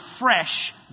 fresh